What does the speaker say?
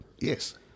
Yes